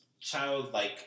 child-like